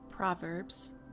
Proverbs